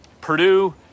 purdue